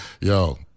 Yo